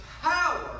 power